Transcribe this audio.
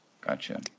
Gotcha